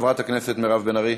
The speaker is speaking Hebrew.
חברת הכנסת מירב בן ארי.